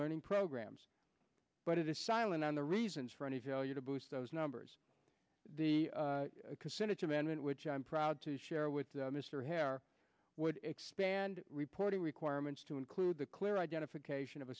learning programs but it is silent on the reasons for any failure to boost those numbers the consented to amendment which i'm proud to share with mr hare would expand reporting requirements to include the clear identification of